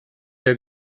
der